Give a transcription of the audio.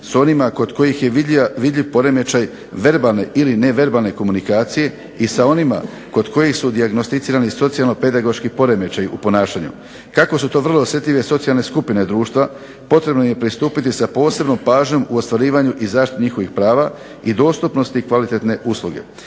s onima kod kojih je vidljiv poremećaj verbalne ili neverbalne komunikacije i sa onima kod kojih su dijagnosticirani i socijalno-pedagoški poremećaji u ponašanju. Kako su to vrlo osjetljive socijalne skupine društva potrebno im je pristupiti sa posebnom pažnjom u ostvarivanju i zaštiti njihovih prava i dostatnosti kvalitetne usluge.